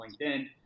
LinkedIn